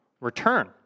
return